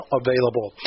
available